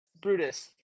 Brutus